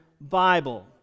Bible